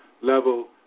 level